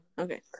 Okay